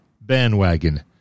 bandwagon